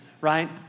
right